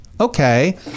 Okay